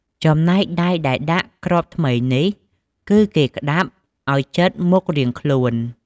ចំណែកដៃដែលដាក់គ្រាប់ថ្មីនេះ គឺគេក្តាប់ឲ្យជិតពីមុខរៀងខ្លួន។